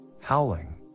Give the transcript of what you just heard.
howling